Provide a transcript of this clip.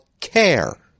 CARE